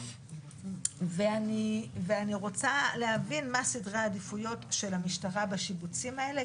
אני רוצה להבין מה סדרי העדיפויות של המשטרה בשיבוצים האלה,